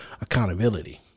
accountability